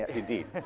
indeed.